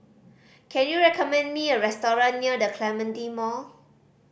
can you recommend me a restaurant near The Clementi Mall